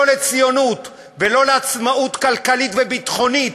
לציונות ולא לעצמאות כלכלית וביטחונית,